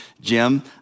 Jim